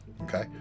okay